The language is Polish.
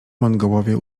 mongołowie